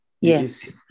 yes